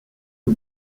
que